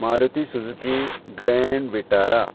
Maruti Suzuki Grand Vitara